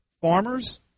farmers